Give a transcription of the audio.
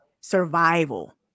survival